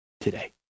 today